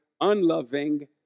unloving